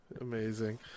Amazing